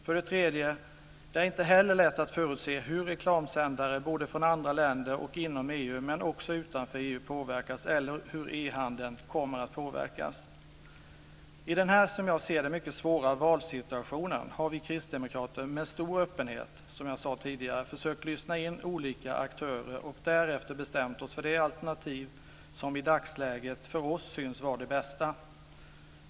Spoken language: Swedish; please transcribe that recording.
För det tredje är det inte heller lätt att förutse hur reklamsändare från andra länder såväl inom EU som utanför EU påverkas eller hur e-handeln kommer att påverkas. I den här som jag ser det mycket svåra valsituationen har vi kristdemokrater med stor öppenhet, som jag sade tidigare, försökt lyssna in olika aktörer och därefter bestämt oss för det alternativ som i dagsläget för oss synes vara det bästa.